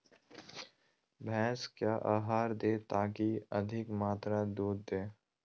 भैंस क्या आहार दे ताकि अधिक मात्रा दूध दे?